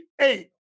Eight